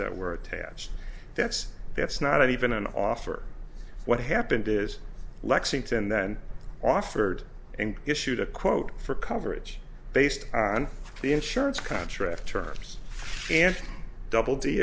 that were attached that's that's not even an offer what happened is lexington then offered and issued a quote for coverage based on the insurance contract terms and double d